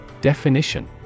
Definition